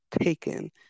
taken